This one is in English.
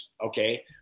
Okay